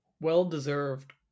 well-deserved